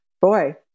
Boy